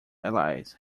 allies